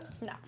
no